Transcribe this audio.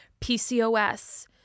PCOS